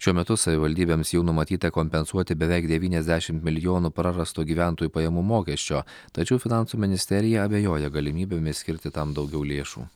šiuo metu savivaldybėms jau numatyta kompensuoti beveik devyniasdešimt milijonų prarasto gyventojų pajamų mokesčio tačiau finansų ministerija abejoja galimybėmis skirti tam daugiau lėšų